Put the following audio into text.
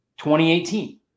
2018